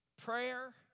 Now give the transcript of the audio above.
Prayer